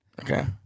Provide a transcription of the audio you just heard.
Okay